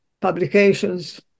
publications